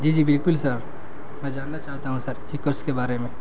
جی جی بالکل سر میں جاننا چاہتا ہوں سر یہ کرس کے بارے میں